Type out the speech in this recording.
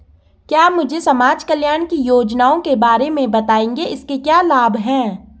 क्या मुझे समाज कल्याण की योजनाओं के बारे में बताएँगे इसके क्या लाभ हैं?